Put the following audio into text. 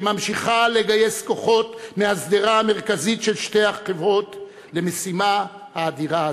שממשיכה לגייס כוחות מהשדרה המרכזית של שתי החברות למשימה האדירה הזאת.